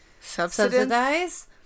Subsidize